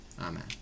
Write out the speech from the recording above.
Amen